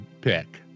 pick